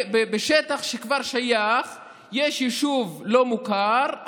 בשטח שכבר שייך יש יישוב לא מוכר,